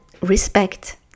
respect